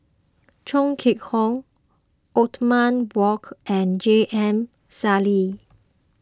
Chong Kee Hiong Othman Wok and J M Sali